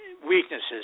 weaknesses